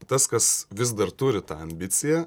tas kas vis dar turi tą ambiciją